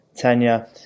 Tanya